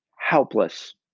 Helpless